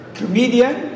comedian